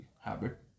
habit